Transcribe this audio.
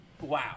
wow